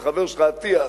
החבר שלך אטיאס,